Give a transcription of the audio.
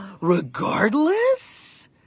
Regardless